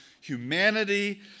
humanity